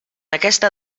aquesta